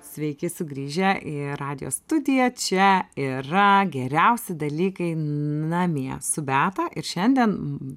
sveiki sugrįžę į radijo studiją čia yra geriausi dalykai namie su beata ir šiandien